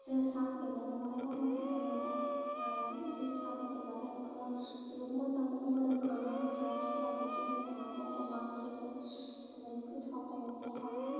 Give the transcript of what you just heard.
जोसा होदेरनो मोनबाथाय मोजांसिन जायो आरो माइरं जोसा होदेरबाथाय ओंखामा जोबोद मोजां मोदोमखाङो ओमफ्राय सबाय ओंख्रिजों जानांगौ अनला ओंख्रिजों जोबोद गोथाव जायो खहाबो